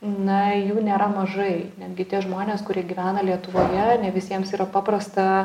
na jų nėra mažai netgi tie žmonės kurie gyvena lietuvoje ne visiems yra paprasta